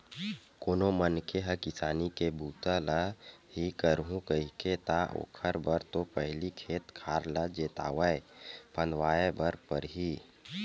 कोनो मनखे ह किसानी के बूता ल ही करहूं कइही ता ओखर बर तो पहिली खेत खार ल जोतवाय फंदवाय बर परही